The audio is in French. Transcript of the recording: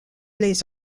les